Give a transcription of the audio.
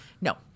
No